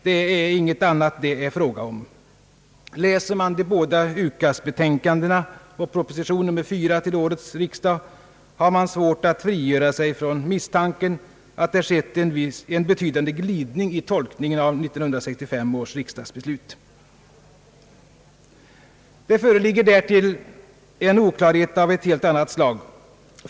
Det är inget annat det är fråga om.» Läser man de båda UKAS-betänkandena och proposition nr 4 till årets riksdag har man svårt att frigöra sig från misstanken att det skett en betydande glidning i tolkningen av 19653 års riksdagsbeslut. Det föreligger därtill en oklarhet av ett helt annat slag.